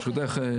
ברשותך,